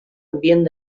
ambient